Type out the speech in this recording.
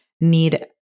need